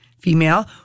female